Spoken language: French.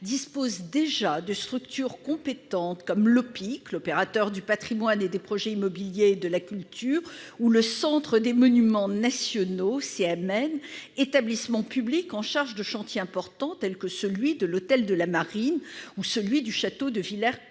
dispose déjà de structures compétentes comme l'Oppic, l'Opérateur du patrimoine et des projets immobiliers de la culture, ou le Centre des monuments nationaux, le CMN, établissement public chargé de chantiers importants, tels que celui de l'hôtel de la Marine ou celui du château de Villers-Cotterêts.